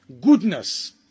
goodness